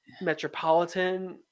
metropolitan